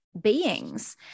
beings